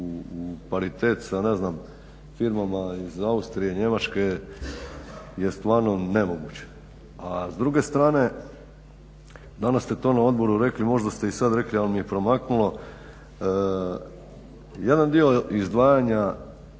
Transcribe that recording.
u paritet sa ne znam firmama iz Austrije, Njemačke je stvarno nemoguće. A s druge strane, danas ste to na odboru rekli, možda ste i sad rekli ali mi je promaknulo. Jedan dio izdvajanja